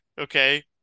okay